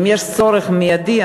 אם יש צורך מיידי,